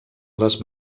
les